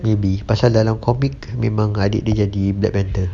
maybe pasal dalam comic memang adik dia jadi black panther